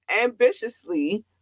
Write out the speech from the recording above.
ambitiously